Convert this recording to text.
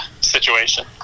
situation